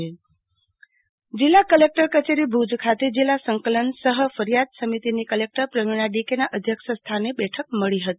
આરતી ભદ્દ સંકલન સમિતિ બેઠક જીલ્લા કલેકટર કચેરી ભુજ ખાતે જીલ્લા સંકલન સહ ફરિયાદ સમિતિની કલેકટર પ્રવીણ ડીકે ના ધ્યક્ષ સ્થાને બેઠક મળી હતી